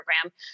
program